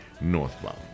northbound